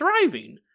thriving